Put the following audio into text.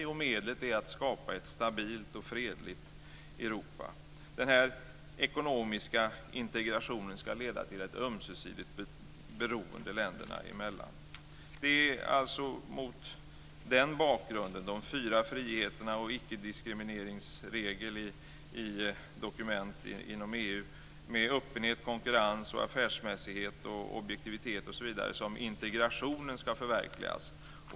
Den är ett medel för att skapa ett stabilt och fredligt Europa. Den ekonomiska integrationen ska leda till ett ömsesidigt beroende länderna emellan. Det är alltså mot den bakgrunden, de fyra friheterna och icke-diskrimineringsregeln i dokument inom EU med öppenhet, konkurrens, affärsmässighet, objektivitet osv., som integrationen ska förverkligas.